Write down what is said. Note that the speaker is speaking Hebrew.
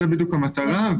זה בדיוק המטרה.